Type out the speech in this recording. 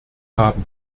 haben